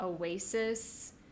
Oasis